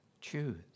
choose